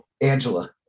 Angela